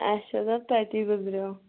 اِچھا دَپ تَتی گُزریٚوو